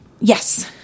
Yes